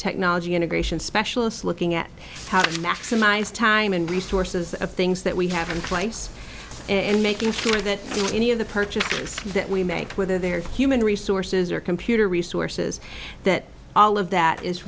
technology integration specialists looking at how to maximize time and resources of things that we have in place and making sure that any of the purchasers that we make whether they're human resources or computer resources that all of that is